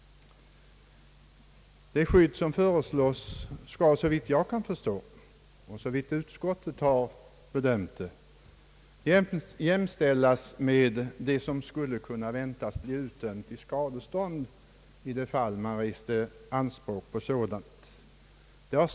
Det skydd som föreslås skall, såvitt jag kan förstå och såvitt utskottet har bedömt det, jämställas med det som skulle förväntas bli utdömt i skadestånd i de fall anspråk på sådant skulle resas.